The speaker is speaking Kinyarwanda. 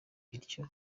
ityo